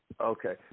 Okay